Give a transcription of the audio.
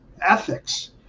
ethics